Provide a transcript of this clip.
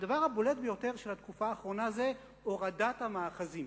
הדבר הבולט ביותר של התקופה האחרונה הוא הורדת המאחזים.